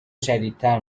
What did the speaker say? شدیدتر